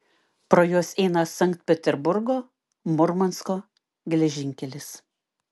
pro juos eina sankt peterburgo murmansko geležinkelis